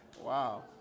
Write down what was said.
Wow